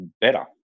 better